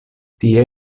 tie